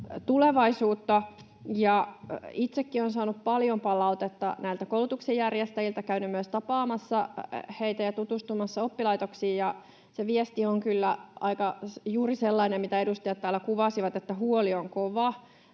tulevaisuutta. Itsekin olen saanut paljon palautetta koulutuksen järjestäjiltä, käynyt myös tapaamassa heitä ja tutustumassa oppilaitoksiin. Se viesti on kyllä juuri sellainen, mitä edustajat täällä kuvasivat, että huoli on kova.